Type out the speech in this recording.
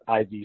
iv